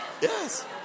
Yes